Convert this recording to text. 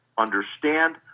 understand